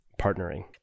partnering